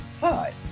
Hi